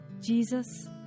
Jesus